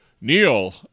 Neil